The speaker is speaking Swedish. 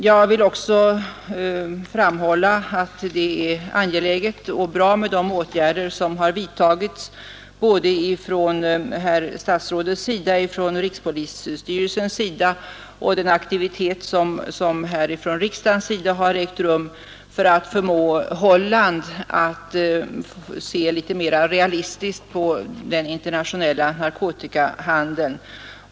Det är också angeläget och bra med de åtgärder som har vidtagits både av herr statsrådet och av rikspolisstyrelsen samt den aktivitet som riksdagen visat i syfte att förmå Holland att se mera realistiskt på den internationella narkotikahandeln.